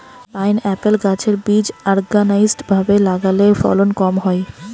pineapple গাছের বীজ unorganised ভাবে লাগালে ফলন কম হয়